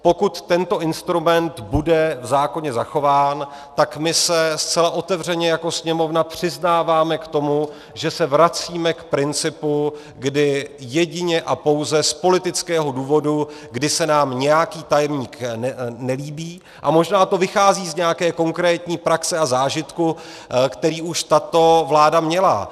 Pokud tento instrument bude v zákoně zachován, tak my se zcela otevřeně jako Sněmovna přiznáváme k tomu, že se vracíme k principu, kdy jedině a pouze z politického důvodu, kdy se nám nějaký tajemník nelíbí a možná to vychází z nějaké konkrétní praxe a zážitku, který už tato vláda měla.